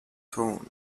tone